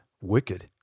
wicked